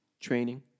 training